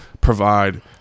provide